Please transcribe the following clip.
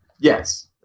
Yes